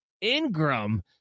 Ingram